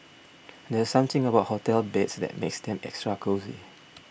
there's something about hotel beds that makes them extra cosy